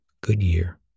Goodyear